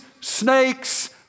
snakes